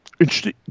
interesting